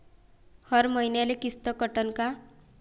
हर मईन्याले किस्त कटन का?